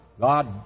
God